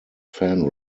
fan